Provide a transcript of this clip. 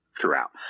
throughout